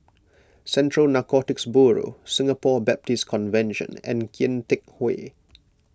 Central Narcotics Bureau Singapore Baptist Convention and Kian Teck Way